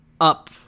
up